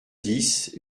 dix